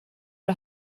are